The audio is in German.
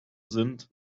sind